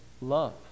love